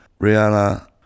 rihanna